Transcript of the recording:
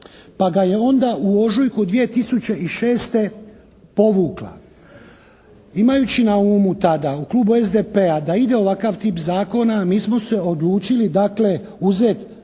pa ga je onda u ožujku 2006. povukla. Imajući na umu tada u Klubu SDP-a da ide ovakav tip zakona mi smo se odlučili dakle